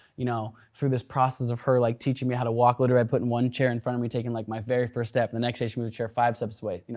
you know through this process of her like teaching me how to walk. literally i put and one chair in front of me, taking like my very first step. the next day she moved the chair five steps away. you know